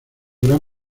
gran